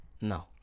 No